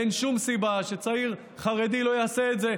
אין שום סיבה שצעיר חרדי לא יעשה את זה,